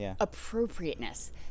appropriateness